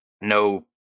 no